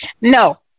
No